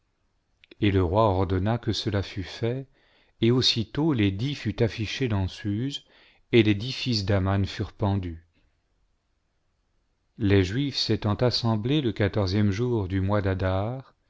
et le roi ordonna que cela fût fait et aussitôt l'édit fut affiché dans suse et les dix fils d'aman furent pendu les juifs s'étant assemblés le quatorzième jour du mois d'adar